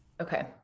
Okay